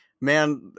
man